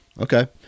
Okay